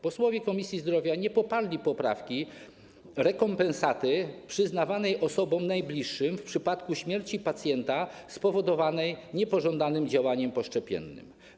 Posłowie Komisji Zdrowia nie poparli poprawki dotyczącej rekompensaty przyznawanej osobom najbliższym w przypadku śmierci pacjenta spowodowanej niepożądanym działaniem poszczepiennym.